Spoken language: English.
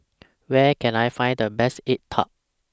Where Can I Find The Best Egg Tart